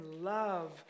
love